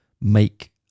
make